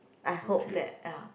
I hope that ya